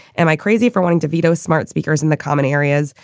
am i crazy for wanting to veto smart speakers in the common areas?